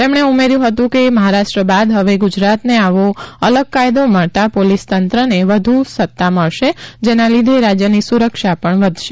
તેમણે ઉમેયુ હતુ કે મહારાષ્ટ્ર બાદ હવે ગુજરાતને આવો આલગ કાયદો મળતા પોલીસતંત્ર ને વધુ સતા મળશે જેના લીધે રાજયની સુરક્ષા પણ વધશે